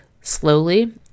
slowly